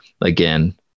again